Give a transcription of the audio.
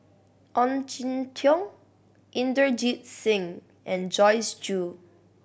Ong Jin Teong Inderjit Singh and Joyce Jue